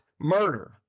murder